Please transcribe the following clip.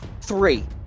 three